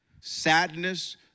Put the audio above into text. sadness